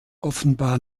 offenbar